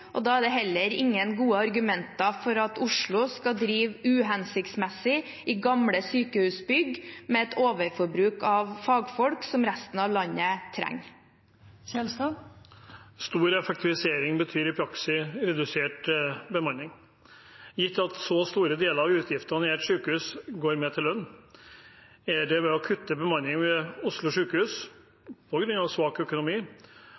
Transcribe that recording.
og da er det heller ingen gode argumenter for at Oslo skal drive uhensiktsmessig i gamle sykehusbygg, med et overforbruk av fagfolk som resten av landet trenger. Stor effektivisering betyr i praksis redusert bemanning. Gitt at så store deler av utgiftene i et sykehus går med til lønn, blir det nødvendig å kutte bemanning ved Oslo universitetssykehus på grunn av svak økonomi.